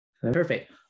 perfect